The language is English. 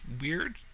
weird